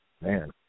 man